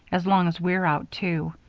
as long as we're out, too.